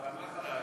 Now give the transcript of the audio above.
אבל מה חדש?